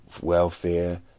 welfare